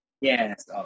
Yes